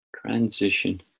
transition